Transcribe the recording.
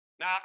Now